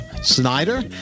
snyder